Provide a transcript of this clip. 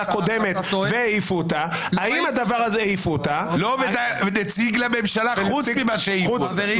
קודמת והעיפו אותה --- נציג לממשלה חוץ ממה שהעיפו.